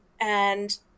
And-